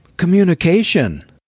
communication